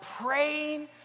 praying